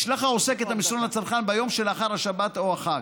ישלח העוסק את המסרון לצרכן ביום שלאחר השבת או החג.